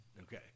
Okay